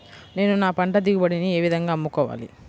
నేను నా పంట దిగుబడిని ఏ విధంగా అమ్ముకోవాలి?